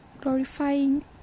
glorifying